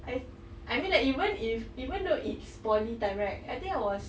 I I mean that even if even though it's poly time right I think I was